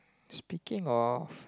speaking of